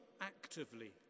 actively